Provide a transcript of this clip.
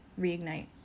reignite